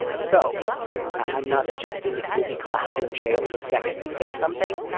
so i'm not suggesting that you will be clapped in jail the second you say something,